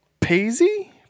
Paisley